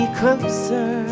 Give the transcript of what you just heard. closer